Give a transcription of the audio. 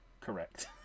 correct